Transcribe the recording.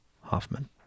Hoffman